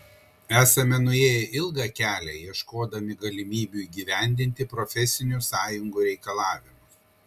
esame nuėję ilgą kelią ieškodami galimybių įgyvendinti profesinių sąjungų reikalavimus